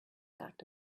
act